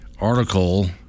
Article